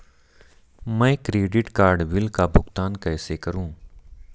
मैं credit card bill का भुगतान कैसे करूं?